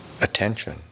attention